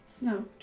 No